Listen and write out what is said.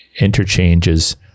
interchanges